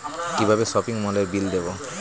কিভাবে সপিং মলের বিল দেবো?